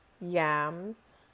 yams